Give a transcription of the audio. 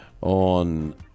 on